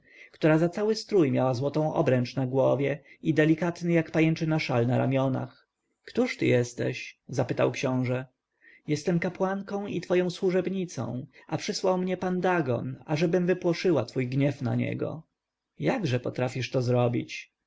która za cały strój miała złotą obręcz na głowie i delikatny jak pajęczyna szal na ramionach któż ty jesteś zapytał książę jestem kapłanką i twoją służebnicą a przysłał mnie pan dagon ażebym wypłoszyła twój gniew na niego jakże potrafisz to zrobić